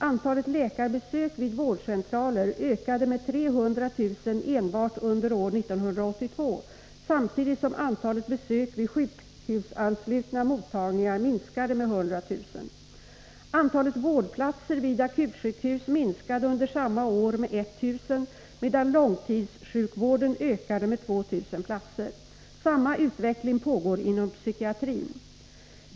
Antalet läkarbesök vid vårdcentraler ökade med 300 000 enbart under år 1982 samtidigt som antalet besök vid sjukhusanslutna mottagningar minskade med 100 000. Antalet vårdplatser vid akutsjukhus minskade under samma år med 1 000, medan långtidssjukvården ökade med 2 000 platser. Samma utveckling pågår inom psykiatrin.